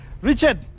Richard